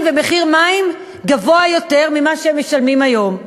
ומחיר מים גבוה יותר ממה שהם משלמים היום.